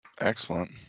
Excellent